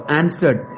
answered